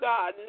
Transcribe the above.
God